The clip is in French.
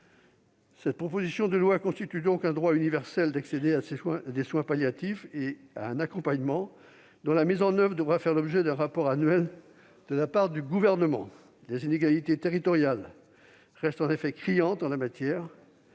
Cette proposition de loi institue donc un droit universel d'accéder à des soins palliatifs et à un accompagnement, dont la mise en oeuvre devra faire l'objet d'un rapport annuel de la part du Gouvernement. Les inégalités territoriales restent en effet criantes en la matière